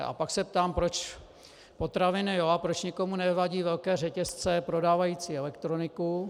A pak se ptám, proč potraviny jo, a proč někomu nevadí velké řetězce prodávající elektroniku.